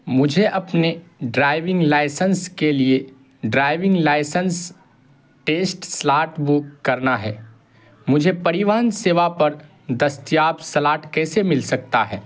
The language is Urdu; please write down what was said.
مجھے اپنے ڈرائیونگ لائسنس کے لیے driving licence test slot book کرنا ہے مجھے پریوہن سیوا پر دستیاب سلاٹ کیسے مل سکتا ہے